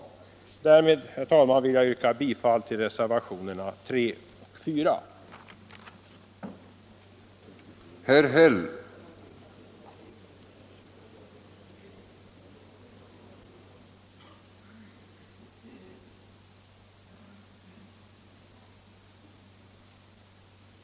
Herr talman! Med det anförda vill jag yrka bifall till reservationerna 3 och 4.